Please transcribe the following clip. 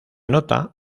nota